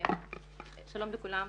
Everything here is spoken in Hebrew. שלום לכולם.